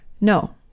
No